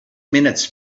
minutes